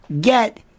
get